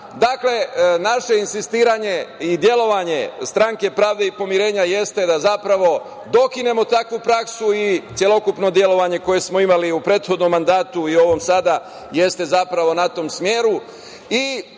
kraju. Dakle, naše insistiranje i delovanje Strane pravde i pomirenja jeste da zapravo ukinemo takvu praksu i celokupno delovanje koje smo imali u prethodnom mandatu i ovom sada jeste zapravo na tom smeru.